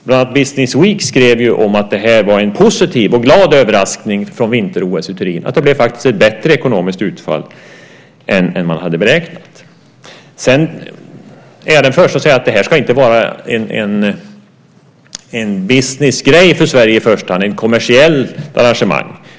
Business Week skrev bland annat att detta var en positiv och glad överraskning från vinter-OS i Turin. Det blev faktiskt ett bättre ekonomiskt utfall än man hade beräknat. Sedan är jag den förste att säga att det här inte ska vara en businessgrej för Sverige i första hand. Det ska inte vara ett kommersiellt arrangemang.